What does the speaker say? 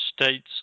states